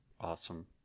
Awesome